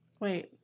wait